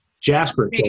Jasper